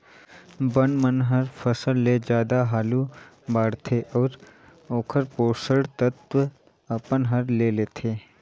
बन मन हर फसल ले जादा हालू बाड़थे अउ ओखर पोषण तत्व अपन हर ले लेथे